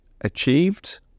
achieved